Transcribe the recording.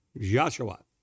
Joshua